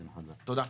תודה.